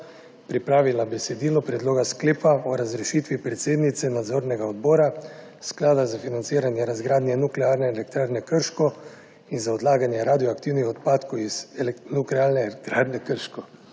pripravila besedilo predloga sklepa o razrešitvi predsednice nadzornega odbora Sklada za financiranje razgradnje Nuklearne elektrarne Krško in za odlaganje radioaktivnih odpadkov iz Nuklearne elektrarne Krško.